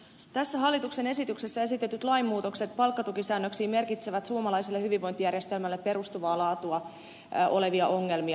tässä hallituksen esityksessä esitetyt lainmuutokset palkkatukisäännöksiin merkitsevät suomalaiselle hyvinvointijärjestelmälle perustavaa laatua olevia ongelmia